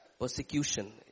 Persecution